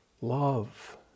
Love